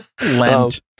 Lent